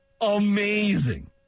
amazing